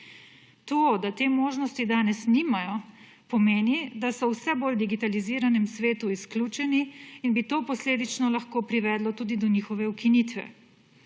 To, da te možnosti danes nimajo, pomeni, da so v vse bolj digitaliziranem svetu izključeni in bi to posledično lahko privedlo tudi do njihove ukinitve.